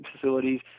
facilities